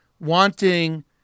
wanting